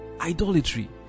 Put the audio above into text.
idolatry